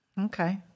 Okay